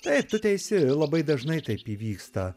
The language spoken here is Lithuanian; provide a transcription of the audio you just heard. taip tu teisi labai dažnai taip įvyksta